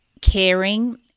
caring